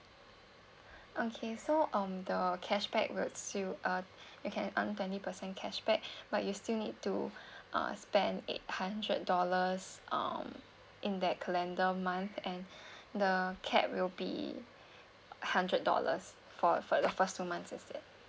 okay so um the cashback will still uh you can earn twenty percent cashback but you still need to uh spend eight hundred dollars um in that calendar month and the cap will be hundred dollars for for the first two months instead